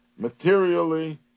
materially